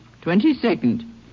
Twenty-second